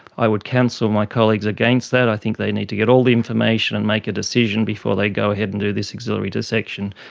i would counsel my colleagues against that, i think they need to get all the information and make a decision before they go ahead and do this axillary dissection.